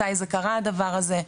מתי זה קרה הדבר הזה?